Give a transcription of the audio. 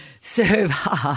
Serve